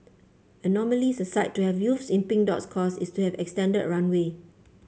anomalies aside to have youths in Pink Dot's cause is to have an extended runway